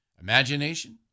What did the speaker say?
imagination